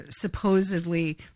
supposedly